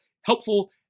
helpful